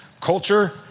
Culture